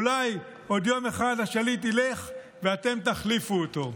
אולי עוד יום אחד השליט ילך ואתם תחליפו אותו.